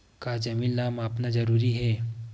का जमीन ला मापना जरूरी हे?